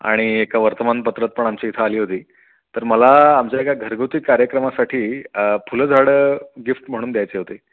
आणि एका वर्तमानपत्रात पण आमची इथं आली होती तर मला आमच्या एका घरगुती कार्यक्रमासाठी फुलझाडं गिफ्ट म्हणून द्यायचे होते